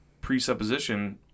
presupposition